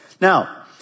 Now